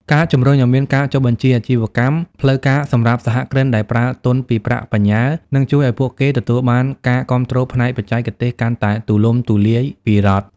ការជំរុញឱ្យមានការចុះបញ្ជីអាជីវកម្មផ្លូវការសម្រាប់សហគ្រិនដែលប្រើទុនពីប្រាក់បញ្ញើ នឹងជួយឱ្យពួកគេទទួលបានការគាំទ្រផ្នែកបច្ចេកទេសកាន់តែទូលំទូលាយពីរដ្ឋ។